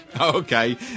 Okay